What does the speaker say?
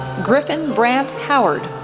griffin brant howard,